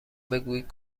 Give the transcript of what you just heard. بگویید